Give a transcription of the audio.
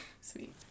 Sweet